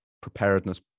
preparedness